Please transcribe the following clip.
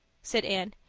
said anne.